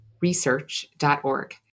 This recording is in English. research.org